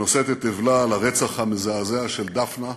שנושאת את אבלה על הרצח המזעזע של דפנה,